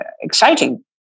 exciting